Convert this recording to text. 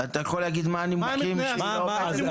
אתה יכול להגיד מה הנימוקים שהיא לא עמדה?